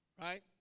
right